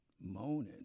Moaning